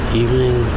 evening